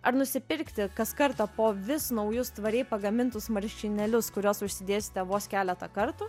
ar nusipirkti kas kartą po vis naujus tvariai pagamintus marškinėlius kuriuos užsidėsite vos keletą kartų